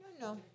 No